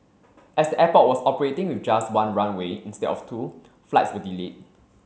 as the airport was operating with just one runway instead of two flights were delayed